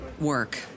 work